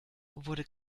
wurde